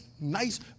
nice